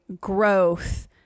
growth